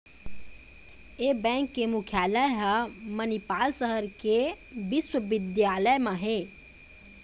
ए bank के मुख्यालय ह मनिपाल सहर के बिस्वबिद्यालय म हे